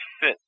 fit